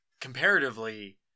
comparatively